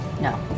No